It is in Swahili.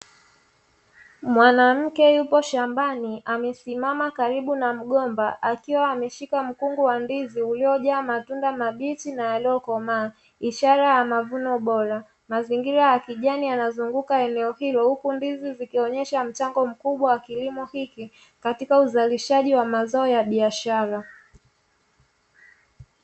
Mwanamke yupo shambani amesimama karibu na mgomba akiwa ameshika mkungu wa ndizi uliojaa matunda mabichi na yaliyokomaa ishara ya mavuno bora, mazingira ya kijani yanazunguka eneo hilo huku ndizi zikionyesha mchango mkubwa wa kilimo hiki katika uzalishaji wa mazao ya biashara.